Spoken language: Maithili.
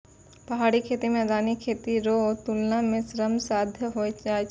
पहाड़ी खेती मैदानी खेती रो तुलना मे श्रम साध होय जाय छै